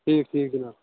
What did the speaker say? ٹھیٖک ٹھیٖک جِناب